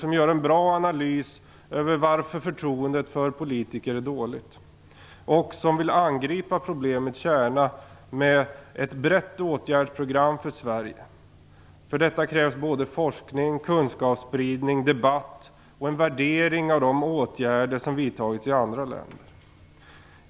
Man gör en bra analys över varför förtroendet för politiker är dåligt, och man vill angripa problemets kärna med ett brett åtgärdsprogram för Sverige. För detta krävs såväl forskning, kunskapsspridning och debatt som värdering av de åtgärder som har vidtagits i andra länder.